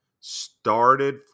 started